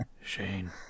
Shane